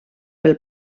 pel